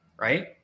right